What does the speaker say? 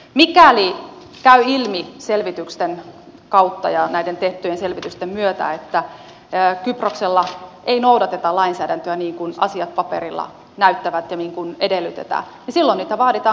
mikäli käy ilmi selvitysten kautta ja näiden tehtyjen selvitysten myötä että kyproksella ei noudateta lainsäädäntöä niin kuin asiat paperilla näyttävät ja niin kuin edellytetään niin silloin niitä vaaditaan korjattavaksi